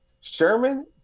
Sherman